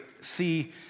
see